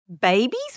Babies